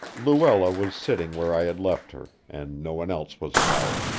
luella was sitting where i had left her, and no one else was about.